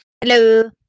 Hello